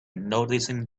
noticing